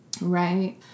right